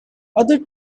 other